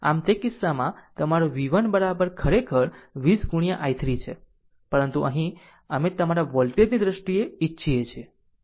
આમ તે કિસ્સામાં તમારું v 1 ખરેખર 20 into i3 છે પરંતુ અહીં અમે તમારા વોલ્ટેજ ની દ્રષ્ટિએ ઇચ્છીએ છીએ